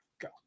Go